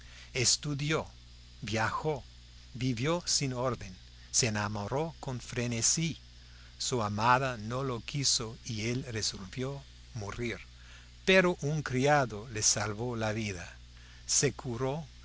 estudió viajó vivió sin orden se enamoró con frenesí su amada no lo quiso y él resolvió morir pero un criado le salvó la vida se curó